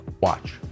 Watch